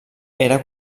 era